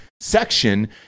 section